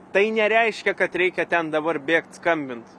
tai nereiškia kad reikia ten dabar bėgt skambint